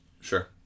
Sure